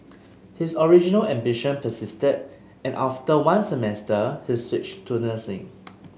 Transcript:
his original ambition persisted and after one semester he switched to nursing